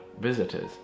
visitors